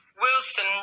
Wilson